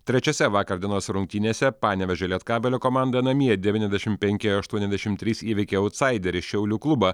trečiose vakar dienos rungtynėse panevėžio lietkabelio komanda namie devyniasdešimt penki aštuoniasdešimt trys įveikė autsaiderį šiaulių klubą